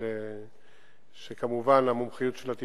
שהמומחיות שלה,